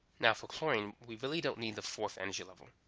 now for chlorine, we really don't need the fourth energy level.